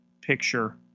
picture